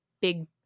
big